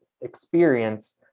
experience